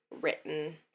written